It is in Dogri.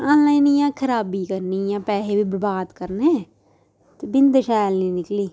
आनलाइन इ'यां खराबी करनी ऐ पैहे् बी बरबाद करने ते बिंद शैल नी निकली